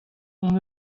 hon